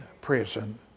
prison